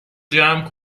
جمع